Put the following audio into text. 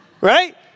Right